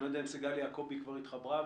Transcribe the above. אני לא יודע אם סיגל יעקבי כבר התחברה,